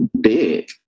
big